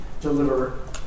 deliver